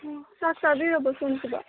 ꯑꯣ ꯆꯥꯛ ꯆꯥꯕꯤꯔꯕꯣ ꯁꯣꯝꯁꯤꯕꯨ